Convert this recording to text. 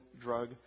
drug